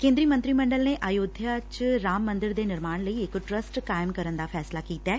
ਕੇਂਦਰੀ ਮੰਤਰੀ ਮੰਡਲ ਨੇ ਆਯੋਧਿਆ ਚ ਰਾਮ ਮੰਦਰ ਦੇ ਨਿਰਮਾਣ ਲਈ ਇਕ ਟਰੱਸਟ ਕਾਇਮ ਕਰਨ ਦਾ ਫੈਸਲਾ ਕੀਤੈ